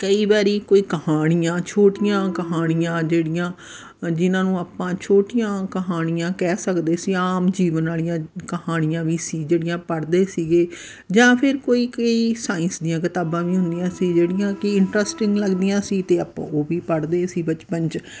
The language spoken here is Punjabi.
ਕਈ ਵਾਰੀ ਕੋਈ ਕਹਾਣੀਆਂ ਛੋਟੀਆਂ ਕਹਾਣੀਆਂ ਜਿਹੜੀਆਂ ਜਿਹਨਾਂ ਨੂੰ ਆਪਾਂ ਛੋਟੀਆਂ ਕਹਾਣੀਆਂ ਕਹਿ ਸਕਦੇ ਸੀ ਆਮ ਜੀਵਨ ਵਾਲੀਆਂ ਕਹਾਣੀਆਂ ਵੀ ਸੀ ਜਿਹੜੀਆਂ ਪੜ੍ਹਦੇ ਸੀਗੇ ਜਾਂ ਫਿਰ ਕੋਈ ਕਈ ਸਾਇੰਸ ਦੀਆਂ ਕਿਤਾਬਾਂ ਵੀ ਹੁੰਦੀਆਂ ਸੀ ਜਿਹੜੀਆਂ ਕਿ ਇੰਟਰਸਟਿੰਗ ਲੱਗਦੀਆਂ ਸੀ ਅਤੇ ਆਪਾਂ ਉਹ ਵੀ ਪੜ੍ਹਦੇ ਸੀ ਬਚਪਨ 'ਚ